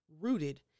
rooted